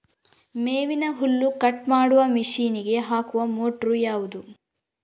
ಮೇವಿನ ಹುಲ್ಲು ಕಟ್ ಮಾಡುವ ಮಷೀನ್ ಗೆ ಹಾಕುವ ಮೋಟ್ರು ಯಾವುದು?